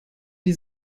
die